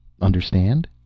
understand